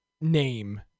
name